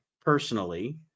personally